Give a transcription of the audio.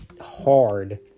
hard